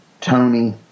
Tony